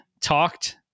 talked